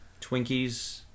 Twinkies